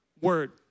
word